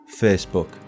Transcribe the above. Facebook